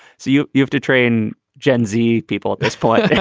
so you you have to train gen z people at this point.